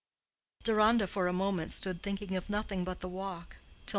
deronda for a moment stood thinking of nothing but the walk,